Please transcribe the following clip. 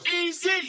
easy